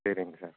சரிங்க சார்